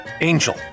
Angel